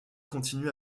continue